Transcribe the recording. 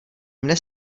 mne